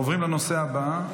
אנחנו עוברים לנושא הבא,